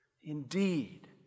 Indeed